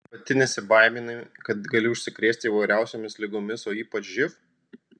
pati nesibaiminai kad gali užsikrėsti įvairiausiomis ligomis o ypač živ